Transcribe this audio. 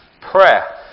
prayer